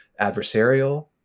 adversarial